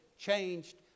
Changed